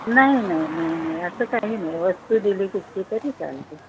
नाही नाही नाही नाही असं काही नाही वस्तू दिली कुठची तरी चालते